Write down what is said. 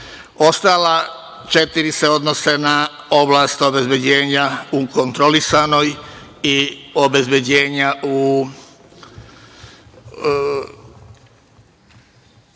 četiri se odnose na oblast obezbeđenja u kontrolisanoj i obezbeđenja u